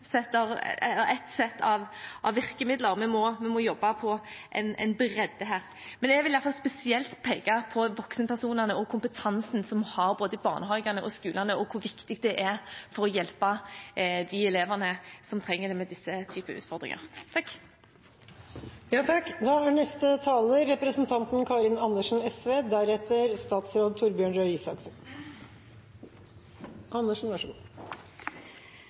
sett av virkemidler – vi må jobbe i bredden her. Men jeg vil i alle fall spesielt peke på voksenpersonene og kompetansen vi har i både barnehage og skole, og hvor viktig det er for å hjelpe de elevene som trenger hjelp med disse